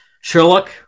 Sherlock